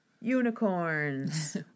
unicorns